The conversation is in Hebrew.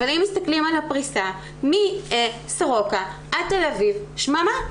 אבל אם מסתכלים על הפריסה מסורוקה עד תל אביב שממה.